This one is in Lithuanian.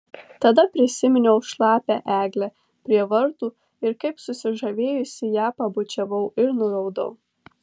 tada prisiminiau šlapią eglę prie vartų ir kaip susižavėjusi ją pabučiavau ir nuraudau